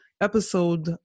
episode